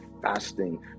fasting